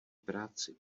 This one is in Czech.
práci